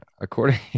according